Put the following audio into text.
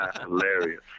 Hilarious